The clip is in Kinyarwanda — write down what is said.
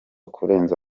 kurenza